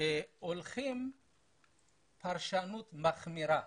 הולכת לפרשנות מחמירה